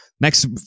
Next